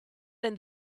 then